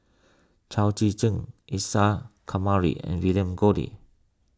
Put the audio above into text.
Chao Tzee Cheng Isa Kamari and William Goode